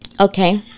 okay